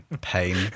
Pain